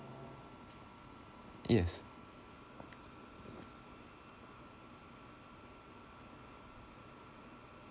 yes